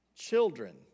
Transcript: Children